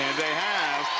they have.